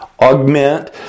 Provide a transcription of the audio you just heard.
augment